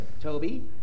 Toby